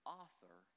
author